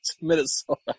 Minnesota